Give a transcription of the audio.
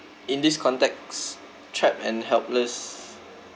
in this context trapped and helpless